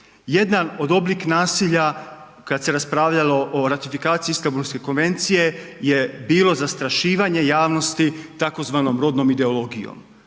Jedan od oblika nasilja kada se raspravljalo o ratifikaciji Istambulske konvencije je bilo zastrašivanje javnosti tzv. rodnom ideologijom.